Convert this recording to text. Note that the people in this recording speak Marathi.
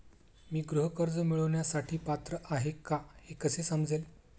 मी गृह कर्ज मिळवण्यासाठी पात्र आहे का हे कसे समजेल?